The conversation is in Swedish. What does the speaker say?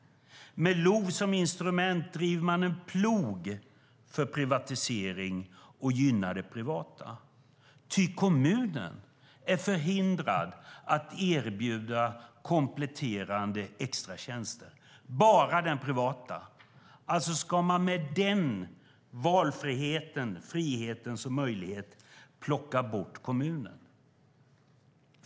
Med LOV som instrument driver man en plog för privatisering och gynnar det privata, ty kommunen är förhindrad att erbjuda kompletterande extratjänster. Bara det privata kan göra det. Alltså kan man med den valfriheten, friheten som möjlighet, plocka bort kommunen.